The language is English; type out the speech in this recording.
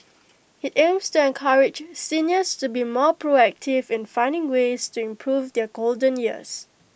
IT aims to encourage seniors to be more proactive in finding ways to improve their golden years